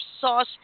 sauce